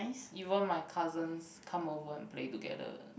even my cousins come over and play together